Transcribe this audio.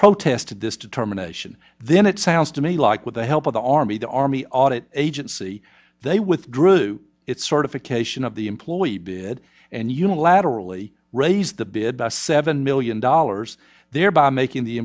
protested this determination then it sounds to me like with the help of the army the army audit agency they withdrew its certification of the employee bid and unilaterally raised the bid by seven million dollars thereby making the